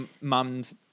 Mums